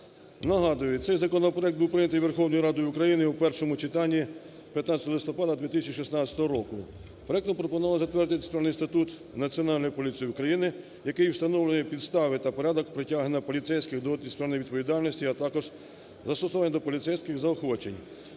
Нагадую, цей законопроект був прийнятий Верховною Радою України у першому читанні 15 листопада 2016 року. Проектом пропонувалося затвердити Дисциплінарний статут Національної поліції України, який встановлює підстави та порядок притягнення поліцейських до дисциплінарної відповідальності, а також застосування до поліцейських заохочень.